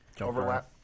Overlap